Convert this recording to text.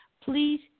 please